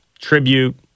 tribute